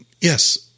yes